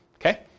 Okay